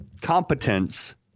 competence